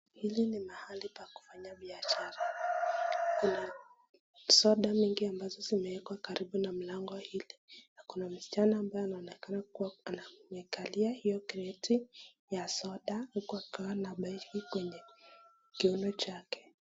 Hili ni mahali pa kufanya biashara. Kuna soda mingi ambazo zimewekwa karibu na mlango hili na kuna mschana ambye anaonekana kuwa ana amekalia hiyo kreti ya soda huku akiwa na bagi kwenye kiuno chake.